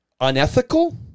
unethical